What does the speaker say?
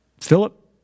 Philip